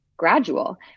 gradual